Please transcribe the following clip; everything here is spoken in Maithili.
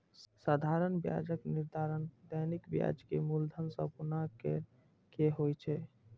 साधारण ब्याजक निर्धारण दैनिक ब्याज कें मूलधन सं गुणा कैर के होइ छै